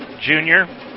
junior